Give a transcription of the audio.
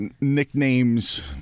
nicknames